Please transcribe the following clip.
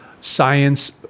science